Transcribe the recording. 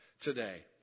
today